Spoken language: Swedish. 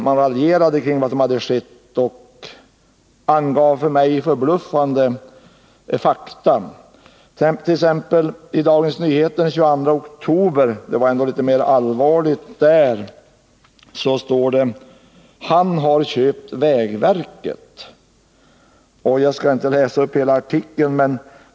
Man raljerade kring det som skett och angav för mig förbluffande fakta. I Dagens Nyheter av den 22 oktober 1980 var man ändå litet allvarligare. Det står där: ”Han har köpt vägverket.” Jag skall inte läsa upp hela artikeln.